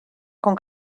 con